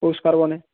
পৌষ পার্বনে